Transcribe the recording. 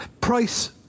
Price